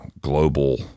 global